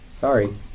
Sorry